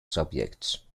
subjects